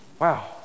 Wow